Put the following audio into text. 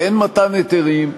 ואין מתן היתרים,